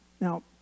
Now